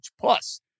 Plus